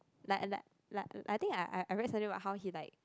like like like I think I I very sensitive about how he like